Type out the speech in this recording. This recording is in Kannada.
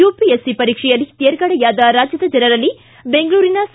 ಯುಪಿಎಸ್ಸಿ ಪರೀಕ್ಷೆಯಲ್ಲಿ ಶೇರ್ಗಡೆಯಾದ ರಾಜ್ಯದ ಜನರಲ್ಲಿ ಬೆಂಗಳೂರಿನ ಸಿ